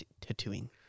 tattooing